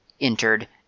entered